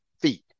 feet